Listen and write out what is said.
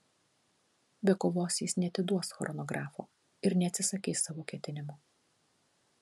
be kovos jis neatiduos chronografo ir neatsisakys savo ketinimų